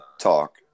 talk